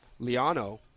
Liano